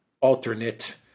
alternate